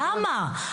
אבל למה?